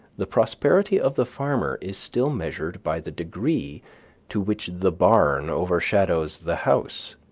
the prosperity of the farmer is still measured by the degree to which the barn overshadows the house.